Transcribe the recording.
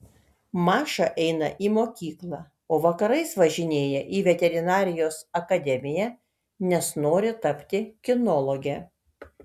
maša eina į mokyklą o vakarais važinėja į veterinarijos akademiją nes nori tapti kinologe